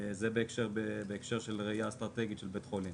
זה בהקשר של ראייה אסטרטגית של בית חולים,